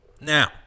Now